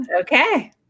Okay